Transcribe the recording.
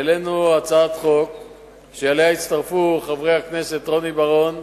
העלינו הצעת חוק שהצטרפו אליה חברי הכנסת רוני בר-און,